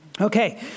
Okay